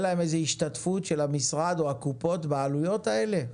להם השתתפות של המשרד או הקופות בעלויות האלה?